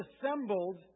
assembled